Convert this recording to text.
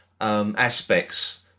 aspects